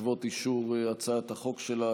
בעקבות אישור הצעת החוק שלה,